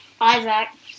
Isaac